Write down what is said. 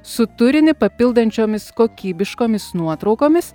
su turinį papildančiomis kokybiškomis nuotraukomis